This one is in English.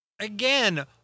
Again